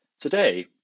Today